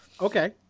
Okay